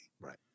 Right